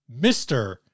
Mr